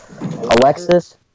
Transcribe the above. Alexis